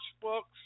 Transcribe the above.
books